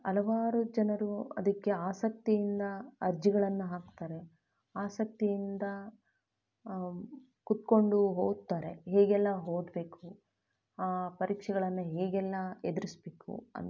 ಹಲವಾರು ಜನರು ಅದಕ್ಕೆ ಆಸಕ್ತಿಯಿಂದ ಅರ್ಜಿಗಳನ್ನು ಹಾಕ್ತಾರೆ ಆಸಕ್ತಿಯಿಂದ ಕೂತ್ಕೊಂಡು ಓದ್ತಾರೆ ಹೇಗೆಲ್ಲ ಓದ್ಬೇಕು ಪರೀಕ್ಷೆಗಳನ್ನು ಹೇಗೆಲ್ಲಾ ಎದುರಿಸ್ಬೇಕು ಅಂತ